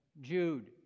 Jude